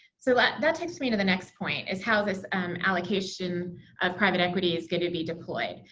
so that that takes me to the next point is how this um allocation of private equity is going to be deployed.